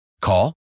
Call